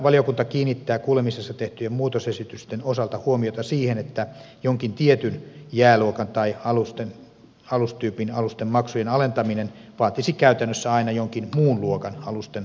valiokunta kiinnittää kuulemisessa tehtyjen muutosesitysten osalta huomiota siihen että jonkin tietyn jääluokan tai alustyypin alusten maksujen alentaminen vaatisi käytännössä aina jonkin muun luokan alusten maksujen korottamista